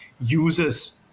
users